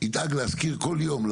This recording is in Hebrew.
ידאג להזכיר להם כל יום,